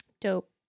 Dope